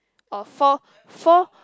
or four four